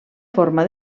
forma